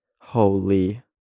holy